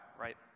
right